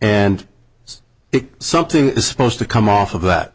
if something is supposed to come off of that